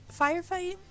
Firefight